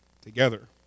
together